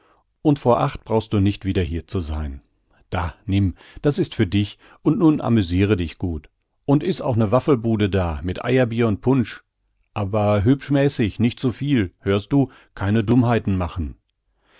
und vor acht brauchst du nicht wieder hier zu sein da nimm das ist für dich und nun amüsire dich gut und is auch ne waffelbude da mit eierbier und punsch aber hübsch mäßig nich zu viel hörst du keine dummheiten machen